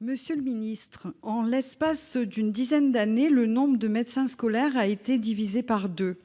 Monsieur le secrétaire d'État, en l'espace d'une dizaine d'années, le nombre de médecins scolaires a été divisé par deux.